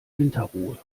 winterruhe